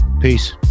peace